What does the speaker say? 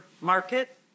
market